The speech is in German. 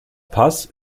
paz